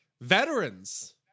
veterans